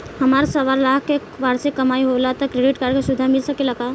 हमार सवालाख के वार्षिक कमाई होला त क्रेडिट कार्ड के सुविधा मिल सकेला का?